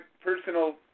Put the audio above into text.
personal